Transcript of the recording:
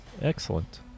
Excellent